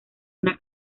una